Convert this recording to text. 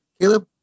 Caleb